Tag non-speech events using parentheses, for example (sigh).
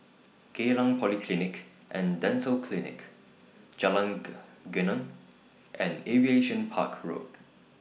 Geylang Polyclinic and Dental Clinic Jalan (unintelligible) Geneng and Aviation Park Road